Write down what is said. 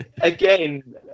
again